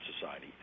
Society